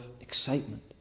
excitement